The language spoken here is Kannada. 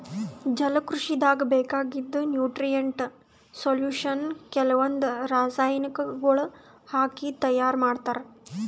ಜಲಕೃಷಿದಾಗ್ ಬೇಕಾಗಿದ್ದ್ ನ್ಯೂಟ್ರಿಯೆಂಟ್ ಸೊಲ್ಯೂಷನ್ ಕೆಲವಂದ್ ರಾಸಾಯನಿಕಗೊಳ್ ಹಾಕಿ ತೈಯಾರ್ ಮಾಡ್ತರ್